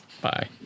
Bye